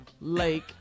Lake